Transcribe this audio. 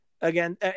again